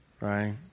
Right